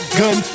gun